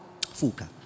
Fuka